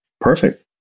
Perfect